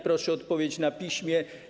Proszę o odpowiedź na piśmie.